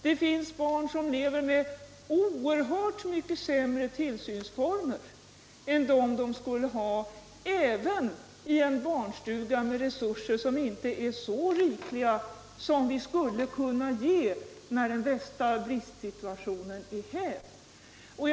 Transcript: Det finns barn som lever med oerhört mycket sämre tillsynsformer än vad de skulle ha även i en barnstuga med resurser som inte är så rikliga som vi skulle kunna erbjuda när den värsta bristsituationen är hävd.